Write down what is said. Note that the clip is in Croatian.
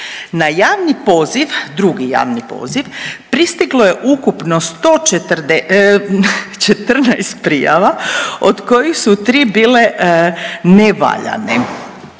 Na javni poziv, drugi javni poziv pristiglo je ukupno 140, 14 prijava od kojih su 3 bile nevaljane,